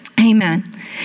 Amen